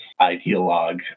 ideologue